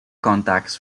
contacts